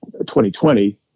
2020